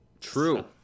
true